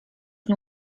nie